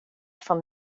från